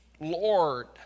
Lord